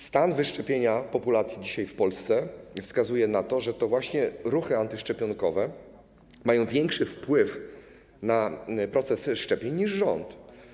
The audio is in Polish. Stan wyszczepienia populacji dzisiaj w Polsce wskazuje na to, że to właśnie ruchy antyszczepionkowe mają większy wpływ na proces szczepień niż rząd.